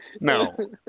No